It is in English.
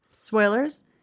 spoilers